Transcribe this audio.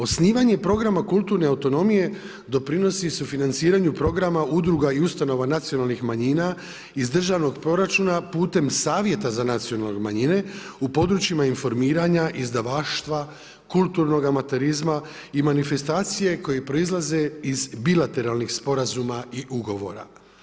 Osnivanje programa kulturne autonomije doprinosi sufinanciranju programa Udruga i ustanova nacionalnih manjina iz državnog proračuna putem savjeta za nacionalne manjine u područjima informiranja izdavaštva, kulturnog amaterizma i manifestacije koje proizlaze iz bilateralnih sporazuma i ugovora.